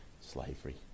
slavery